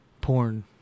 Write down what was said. porn